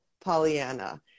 Pollyanna